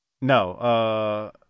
No